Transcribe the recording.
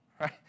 right